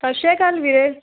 ਸਤਿ ਸ਼੍ਰੀ ਅਕਾਲ ਵੀਰੇ